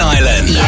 Island